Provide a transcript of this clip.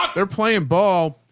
they're playing ball.